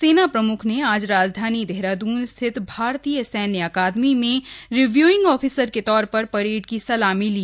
सेना प्रम्ख ने आज राजधानी देहराद्रन स्थित भारतीय सैन्य अकादमी में रिव्यूइंग ऑफिसर के तौर पर परेड की सलामी ली